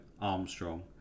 Armstrong